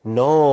no